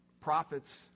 prophets